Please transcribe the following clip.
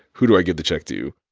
who do i give the check to?